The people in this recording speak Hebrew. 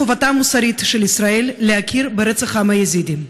חובתה המוסרית של ישראל להכיר ברצח העם היזידי.